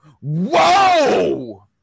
Whoa